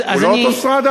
הוא לא אוטוסטרדה?